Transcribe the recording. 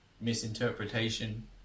misinterpretation